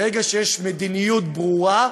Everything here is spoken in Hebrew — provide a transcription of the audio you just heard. ברגע שיש מדיניות ברורה,